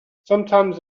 sometimes